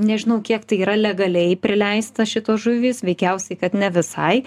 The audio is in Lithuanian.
nežinau kiek tai yra legaliai prileista šitos žuvys veikiausiai kad ne visai